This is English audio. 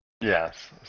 Yes